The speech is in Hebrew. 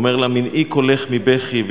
והוא אומר לה: "מנעי קולך מבכי",